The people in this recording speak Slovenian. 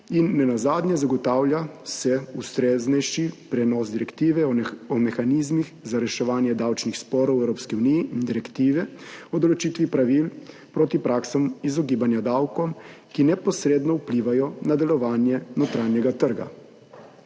In nenazadnje, zagotavlja se ustreznejši prenos direktive o mehanizmih za reševanje davčnih sporov v Evropski uniji in direktive o določitvi pravil proti praksam izogibanja davkom, ki neposredno vplivajo na delovanje notranjega trga.